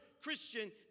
Christian